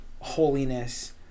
holiness